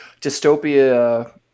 dystopia